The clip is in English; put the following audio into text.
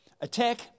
Attack